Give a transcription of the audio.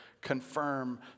confirm